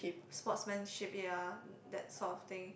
sportsmanship ya that sort of thing